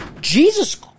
Jesus